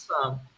awesome